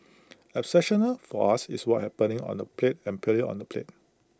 exceptional for us is what's happening on the plate and purely on the plate